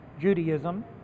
Judaism